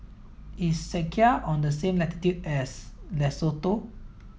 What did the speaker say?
is Czechia on the same latitude as Lesotho